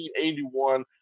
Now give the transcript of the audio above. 1981